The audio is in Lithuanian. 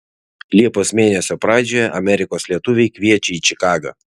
liepos mėnesio pradžioje amerikos lietuviai kviečia į čikagą